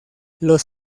los